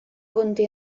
conte